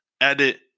edit